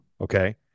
Okay